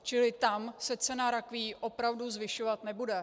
Čili tam se cena rakví opravdu zvyšovat nebude.